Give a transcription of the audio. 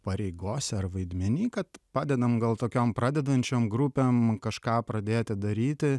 pareigose ar vaidmeny kad padedam gal tokiom pradedančiom grupėm kažką pradėti daryti